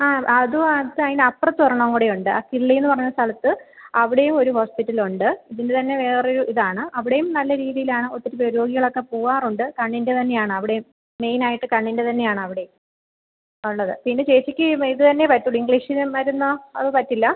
ആ അതും അത് അതിൻ്റെ അപ്പുറത്തൊരെണ്ണം കൂടെയുണ്ട് ആ കിള്ളിയെന്ന് പറഞ്ഞ സ്ഥലത്ത് അവിടെയും ഒരു ഹോസ്പിറ്റലുണ്ട് ഇതിൻ്റെ തന്നെ വേറൊരു ഇതാണ് അവിടെയും നല്ല രീതിയിലാണ് ഒത്തിരി പേര് രോഗികളൊക്കെ പോവാറുണ്ട് കണ്ണിൻ്റെ തന്നെയാണവിടേയും മെയിനായിട്ട് കണ്ണിൻ്റെ തന്നെയാണവിടേയും ഉള്ളത് പിന്നെ ചേച്ചിക്ക് ഇതു തന്നെ പറ്റുള്ളൂ ഇംഗ്ലീഷിന് മരുന്നോ അതു പറ്റില്ല